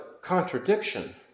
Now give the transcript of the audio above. contradiction